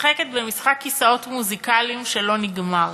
משחקת במשחק כיסאות מוזיקליים שלא נגמר,